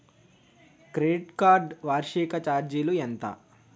Credit card వార్షిక ఛార్జీలు ఎంత?